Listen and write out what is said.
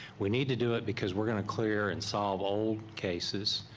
we need to do it because we're gonna clear and solve old cases,